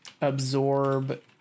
absorb